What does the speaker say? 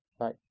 right